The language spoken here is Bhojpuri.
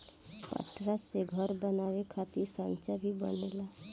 पटरा से घर बनावे खातिर सांचा भी बनेला